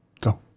Go